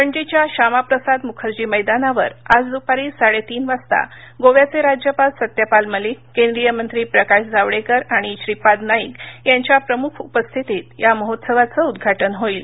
पणजीच्या श्यामाप्रसादमुखर्जी मैदानावर आज दुपारी साडेतीनवाजता गोव्याचे राज्यपाल सत्यपाल मलिक केंद्रीय मंत्री प्रकाश जावडेकर आणिश्रीपाद नाईक यांच्या प्रमुख उपस्थितीत या महोत्सवाचं उद्वाटन होईल